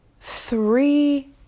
three